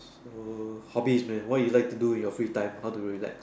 so hobby is man what you like to do during your free time how to relax